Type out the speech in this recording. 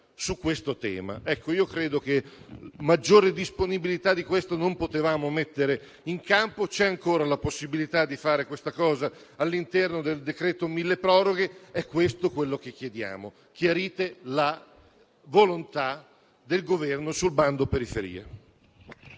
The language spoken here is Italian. su questo tema? Credo che maggiore disponibilità di questa non potevamo mettere in campo. C'è ancora la possibilità di fare questa cosa all'interno del decreto milleproroghe ed è questo ciò che chiediamo: chiarite la volontà del Governo sul bando periferie